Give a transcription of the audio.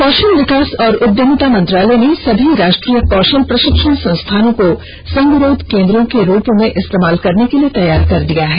कौशल विकास और उद्यमिता मंत्रालय ने सभी राष्ट्रीय कौशल प्रशिक्षण संस्थानों को संगरोध केंद्रों के रूप में इस्तेमाल के लिए तैयार कर दिया है